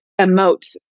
emote